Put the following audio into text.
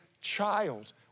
child